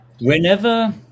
whenever